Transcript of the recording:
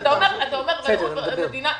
אתה אומר ערבות מדינה,